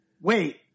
wait